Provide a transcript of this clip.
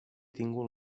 tingut